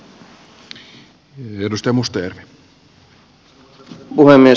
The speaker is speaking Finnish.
arvoisa puhemies